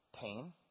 pain